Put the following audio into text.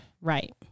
Right